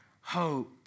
hope